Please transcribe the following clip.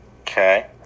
Okay